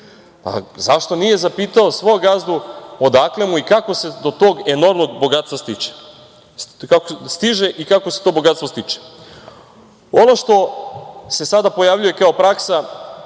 Zašto nije zapitao svog gazdu odakle mu i kako se do tog enormnog bogatstva stiže i kako se to bogatstvo stiče. Ono što se sada pojavljuje kao praksa,